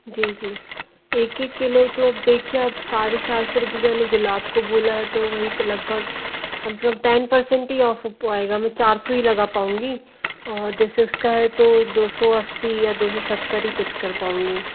जी जी एक एक किलो तो अब देखिए अब साढ़े चार सौ रुपए मैंने गुलाब को बोला है तो वही पे लगभग कम से कम टैन परसेंट ही ऑफ़ हो पाएगा मैं चार सौ ही लगा पाऊँगी और जैसे उसका है तो दो सौ अस्सी या दो सौ सत्तर ही कुछ कर पाऊँगी